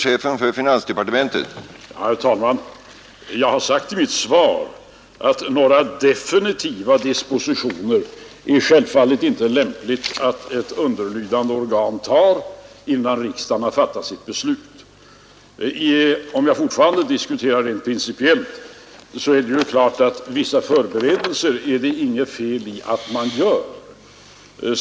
Herr talman! Jag har sagt i mitt svar att det självfallet inte är lämpligt att ett underlydande organ vidtar några definitiva dispositioner innan riksdagen har fattat sitt beslut. Om jag fortfarande får diskutera rent principiellt vill jag säga att det inte är något fel i att man gör vissa förberedelser.